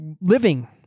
living